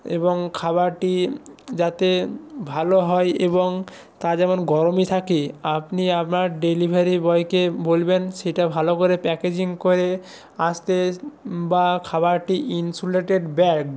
এবং খাবারটি যাতে ভালো হয় এবং তা যেমন গরমই থাকে আপনি আপনার ডেলিভারি বয়কে বলবেন সেটা ভালো করে প্যাকেজিং করে আসতে বা খাবারটি ইনসুলেটেড ব্যাগ